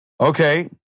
Okay